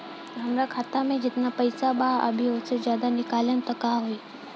हमरा खाता मे जेतना पईसा बा अभीओसे ज्यादा निकालेम त का होई?